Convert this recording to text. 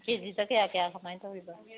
ꯀꯦꯖꯤꯗ ꯀꯌꯥ ꯀꯌꯥ ꯀꯃꯥꯏ ꯇꯧꯔꯤꯕ